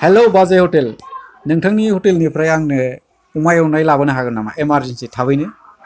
hello बाजै hotel नोंथांनि हटेलनिफ्राय आंनो अमा एवनाय लाबोनो हागोन नामा इमारजेन्सि थाबैनो